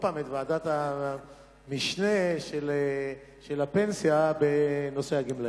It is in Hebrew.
אתמול הובלתי את ועדת המשנה בעניין הפנסיה בנושא הגמלאים.